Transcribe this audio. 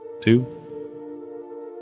two